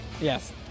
Yes